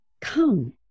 Come